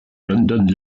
london